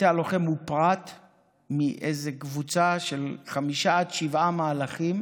בתי הלוחם הוא פרט מאיזה קבוצה של חמישה עד שבעה מהלכים,